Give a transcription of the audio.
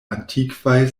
antikvaj